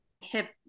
hip